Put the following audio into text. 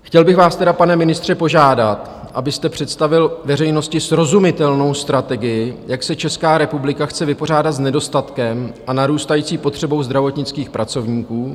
Chtěl bych vás teda, pane ministře, požádat, abyste představil veřejnosti srozumitelnou strategii, jak se Česká republika chce vypořádat s nedostatkem a narůstající potřebou zdravotnických pracovníků.